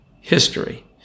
history